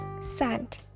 Sand